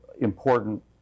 important